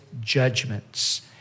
judgments